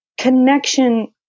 connection